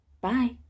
Bye